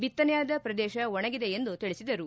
ಬಿತ್ತನೆಯಾದ ಪ್ರದೇಶ ಒಣಗಿದೆ ಎಂದು ತಿಳಿಸಿದರು